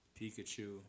Pikachu